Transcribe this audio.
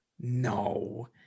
No